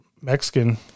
Mexican